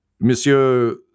Monsieur